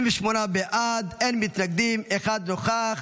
28 בעד, אין מתנגדים, אחד נוכח.